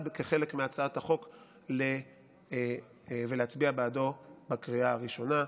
כחלק מהצעת החוק ולהצביע בעדו בקריאה הראשונה.